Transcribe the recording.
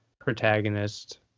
protagonist